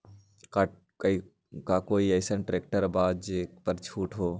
का कोइ अईसन ट्रैक्टर बा जे पर छूट हो?